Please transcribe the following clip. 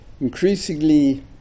increasingly